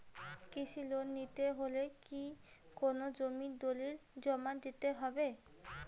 কৃষি লোন নিতে হলে কি কোনো জমির দলিল জমা দিতে হবে?